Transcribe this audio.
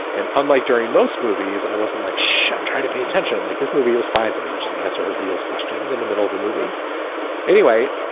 and unlike during most movies, i wasn't like she trying to pay attention. like this movie was fine for me to just answer her beatles questions in the middle of the movie anyway,